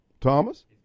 Thomas